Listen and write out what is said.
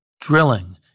Drilling